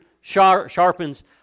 sharpens